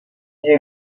lui